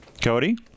Cody